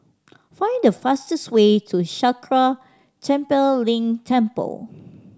find the fastest way to Sakya Tenphel Ling Temple